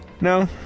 No